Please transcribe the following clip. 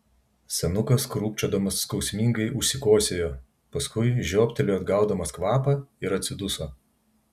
senukas krūpčiodamas skausmingai užsikosėjo paskui žioptelėjo atgaudamas kvapą ir atsiduso